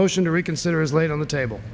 motion to reconsider is laid on the table